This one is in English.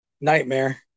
nightmare